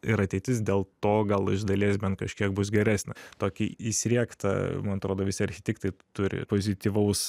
ir ateitis dėl to gal iš dalies bent kažkiek bus geresnė tokį įsriegtą man atrodo visi architektai turi pozityvaus